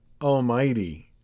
Almighty